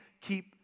keep